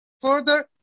further